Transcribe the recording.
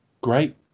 great